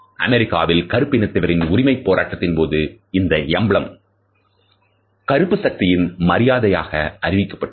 அமெரிக்காவில் கருப்பினத்தவரின் உரிமை போராட்டத்தின்போது இந்த எம்பலம் emblem கருப்பு சக்தியின் மரியாதையாக அறியப்பட்டது